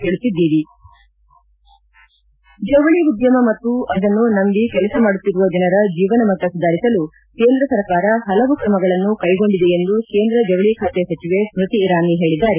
ದ್ರೇಕ್ ಜವಳಿ ಉದ್ಲಮ ಮತ್ತು ಅದನ್ನು ನಂಬಿ ಕೆಲಸ ಮಾಡುತ್ತಿರುವ ಜನರ ಜೀವನಮಟ್ಟ ಸುಧಾರಿಸಲು ಕೇಂದ್ರ ಸರ್ಕಾರ ಪಲವು ಕ್ರಮಗಳನ್ನು ಕೈಗೊಂಡಿದೆ ಎಂದು ಕೇಂದ್ರ ಜವಳಿ ಖಾತೆ ಸಚಿವೆ ಸ್ತತಿ ಇರಾನಿ ಹೇಳಿದ್ದಾರೆ